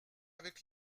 avec